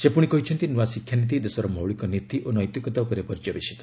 ସେ ପୁଣି କହିଛନ୍ତି ନ୍ନଆ ଶିକ୍ଷାନୀତି ଦେଶର ମୌଳିକ ନୀତି ଓ ନୈତିକତା ଉପରେ ପର୍ଯ୍ୟବେଶିତ